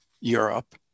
Europe